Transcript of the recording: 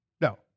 No